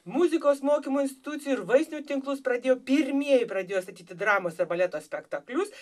muzikos mokymo institucijų ir vaistinių tinklus pradėjo pirmieji pradėjo statyti dramos ir baleto spektaklius